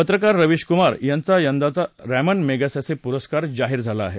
पत्रकार रवीश कुमार यांना यंदाचा रॅमन मॅगेसेसे पुरस्कार जाहीर झाला आहे